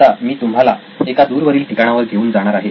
आत्ता मी तुम्हाला एका दूरवरील ठिकाणावर घेऊन जाणार आहे